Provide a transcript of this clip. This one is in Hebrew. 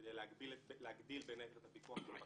כדי להגדיל בין היתר את הפיקוח והבקרה,